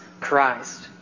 Christ